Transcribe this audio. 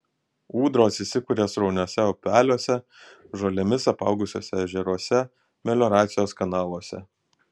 ūdros įsikuria srauniuose upeliuose žolėmis apaugusiuose ežeruose melioracijos kanaluose